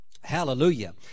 Hallelujah